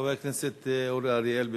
חבר הכנסת אורי אריאל.